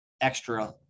extra